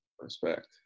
Respect